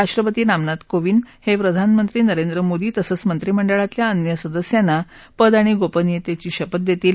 राष्ट्रपती रामनाथ कोविंद हे नरेंद्र मोदी तसंच मंत्री मंडळातल्या तेर सदस्यांना पद आणि गोपनियतेची शपथ देतील